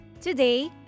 Today